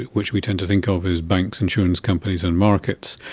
which we tend to think of as banks, insurance companies and markets.